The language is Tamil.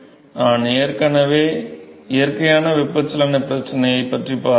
எனவே நாம் ஏற்கனவே இயற்கையான வெப்பச்சலன பிரச்சனை பற்றி பார்த்தோம்